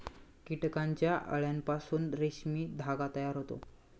कीटकांच्या अळ्यांपासून रेशीम धागा तयार होतो